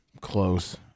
close